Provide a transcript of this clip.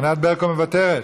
ענת ברקו מוותרת,